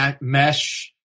mesh